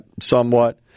somewhat